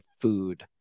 food